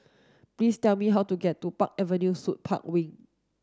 please tell me how to get to Park Avenue Suites Park Wing